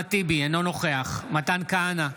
אחמד טיבי, אינו נוכח מתן כהנא,